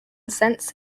sense